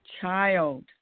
child